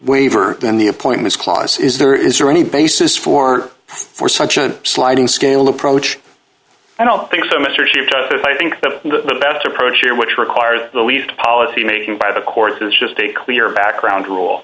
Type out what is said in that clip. waiver than the appointments clause is there is there any basis for for such a sliding scale approach i don't think so mr chips i think that the better approach here which requires the least policy making by the court is just a clear background rule